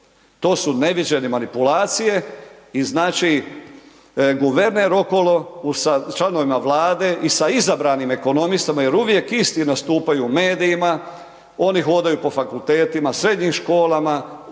To su neviđene manipulacije i znači guverner okolo sa članovima Vlade i sa izabranima ekonomistima jer uvijek isti nastupaju u medijima, oni hodaju po fakultetima, srednjim školama,